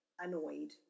annoyed